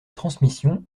transmission